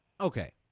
Okay